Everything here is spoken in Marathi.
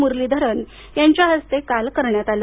मुरलीधरन यांच्या हस्ते काल करण्यात आलं